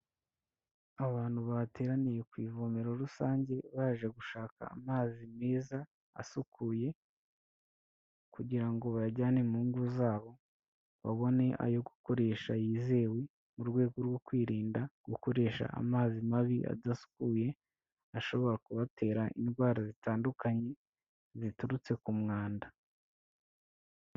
Abantu bateraniye ku ivomero rusange baje gushaka amazi meza asukuye, kugira ngo bayajyane mu ngo zabo babone ayo gukoresha yizewe, mu rwego rwo kwirinda gukoresha amazi mabi adasukuye, ashobora kubatera indwara zitandukanye ziturutse ku mwanda.